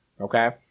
okay